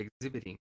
exhibiting